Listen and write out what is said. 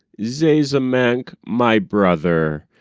zazamankh, my brother,